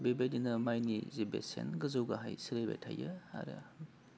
बेबायदिनो माइनि जि बेसेन गोजौ गाहाय सोलिबाय थायो आरो